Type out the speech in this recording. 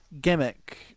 Gimmick